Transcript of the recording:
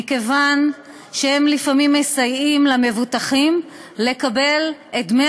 מכיוון שהם לפעמים מסייעים למבוטחים לקבל את דמי